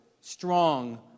strong